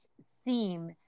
seem